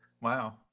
Wow